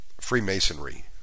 Freemasonry